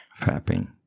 fapping